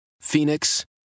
Phoenix